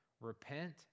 Repent